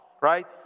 right